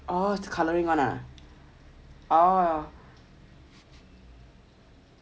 orh colouring [one] ah orh